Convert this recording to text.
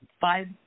five